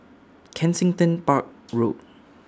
Kensington Park Road